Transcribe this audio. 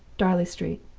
darley street.